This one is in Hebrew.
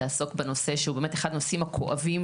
תעסוק בנושא שהוא באמת אחד הנושאים הכואבים,